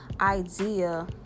idea